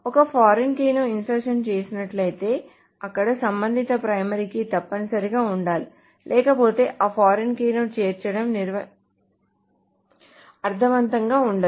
ఒక ఫారిన్ కీని ఇన్సర్షన్ చేసినట్లయితే అక్కడ సంబంధిత ప్రైమరీ కీ తప్పనిసరిగా ఉండాలి లేకపోతే ఈ ఫారిన్ కీ ని చేర్చడం అర్థవంతంగా ఉండదు